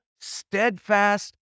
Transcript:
steadfast